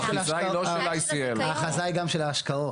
האחיזה היא לא של ICL. האחיזה היא גם של ההשקעות.